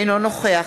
אינו נוכח